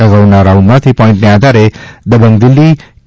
અગાઉના રાઉન્ડ માંથી પોઇન્ટને આધારે દબંગ દિલ્હી કે